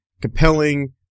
compelling